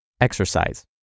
exercise